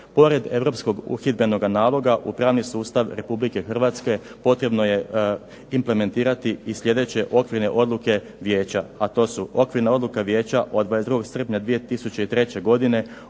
Pored Europskog uhidbenoga naloga u pravni sustav Republike Hrvatske potrebno je implementirati i sljedeće okvirne odluke Vijeća, a to su: Okvirna odluka Vijeća od 22. srpnja 2003. godine